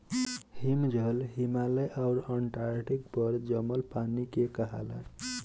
हिमजल, हिमालय आउर अन्टार्टिका पर जमल पानी के कहाला